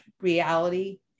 reality